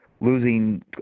losing